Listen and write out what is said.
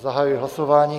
Zahajuji hlasování.